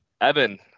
Evan